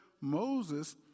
Moses